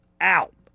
out